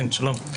שלום.